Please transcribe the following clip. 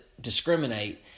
discriminate